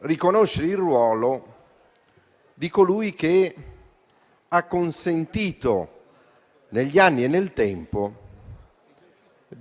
riconoscere il ruolo di colui che ha consentito, nel tempo,